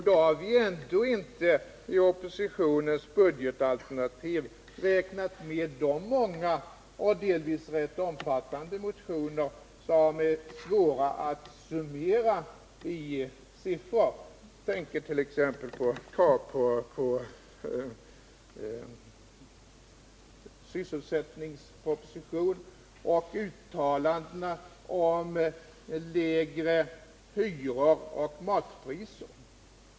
Då har vi ändå inte i oppositionens budgetalternativ räknat med de många och delvis rätt omfattande motioner som det är svårt att beräkna kostnaderna för. Jag tänker på kravet på en sysselsättningsproposition och uttalandena om lägre hyror och matpriser.